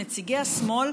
נציגי השמאל,